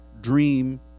dream